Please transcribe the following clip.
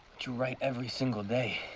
you write every single day.